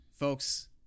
Folks